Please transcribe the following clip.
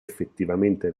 effettivamente